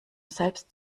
selbst